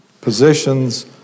positions